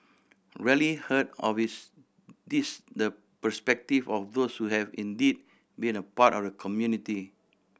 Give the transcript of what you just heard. rarely heard of is this the perspective of those who have indeed been a part of the community